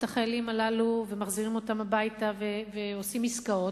החיילים הללו ומחזירים אותם הביתה ועושים עסקאות,